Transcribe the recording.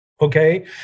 Okay